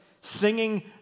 singing